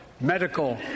medical